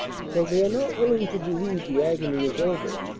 so they are not willing to believe the agony is over.